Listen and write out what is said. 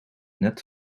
net